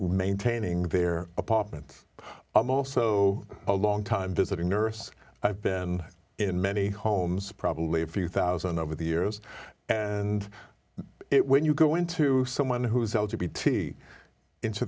maintaining their apartment i'm also a long time visiting nurse i've been in many homes probably a few one thousand over the years and it when you go into someone who's out to bt into